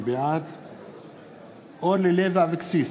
בעד אורלי לוי אבקסיס,